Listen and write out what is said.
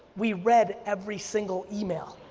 we read every single email.